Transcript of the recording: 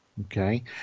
Okay